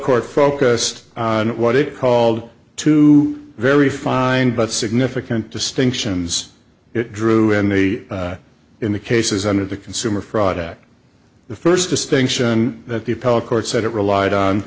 court focused on what it called two very fine but significant distinctions it drew in the in the cases under the consumer fraud at the first distinction that the appellate court said it relied on